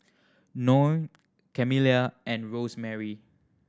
Noe Camilla and Rosemarie